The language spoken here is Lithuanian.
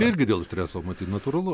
irgi dėl streso matyt natūralu